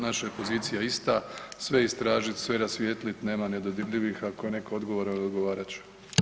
Naša je pozicija je ista, sve istražit, sve rasvijetlit, nema nedodirljivih ako je neko odgovoran, odgovarat će.